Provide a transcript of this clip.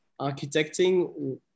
architecting